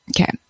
Okay